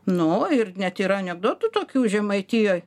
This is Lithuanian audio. nu ir net yra anekdotų tokių žemaitijoj